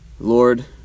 Lord